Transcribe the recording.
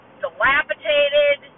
dilapidated